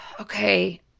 Okay